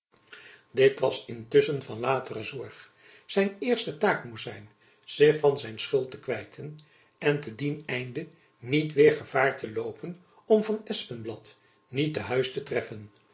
dit was intusschen van latere zorg zijn eerste taak moest zijn zich van zijn schuld te kwijten en te dien einde niet weêr gevaar te loopen om van espenblad niet t'huis te treffen